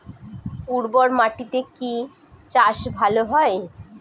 উর্বর মাটিতে কি চাষ ভালো হয়?